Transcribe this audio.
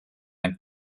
een